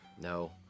No